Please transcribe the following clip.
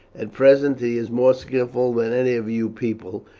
at present he is more skilful than any of your people,